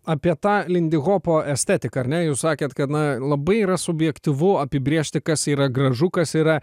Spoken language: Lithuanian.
apie tą lindihopo estetiką ar ne jūs sakėt kad na labai yra subjektyvu apibrėžti kas yra gražu kas yra